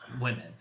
women